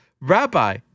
Rabbi